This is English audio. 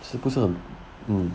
是不是很